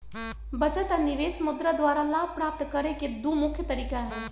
बचत आऽ निवेश मुद्रा द्वारा लाभ प्राप्त करेके दू मुख्य तरीका हई